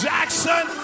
Jackson